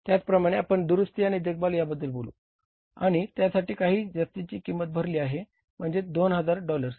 त्याचप्रमाणे आपण दुरुस्ती आणि देखभाल याबद्दल बोलू आपण त्यासाठी काही जास्तीची किंमत भरली आहे म्हणजेच 2000 डॉलर्स